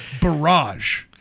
barrage